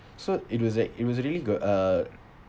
so it was like it was a really got uh